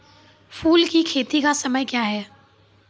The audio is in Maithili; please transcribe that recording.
फुल की खेती का समय क्या हैं?